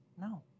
No